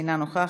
אינה נוכחת,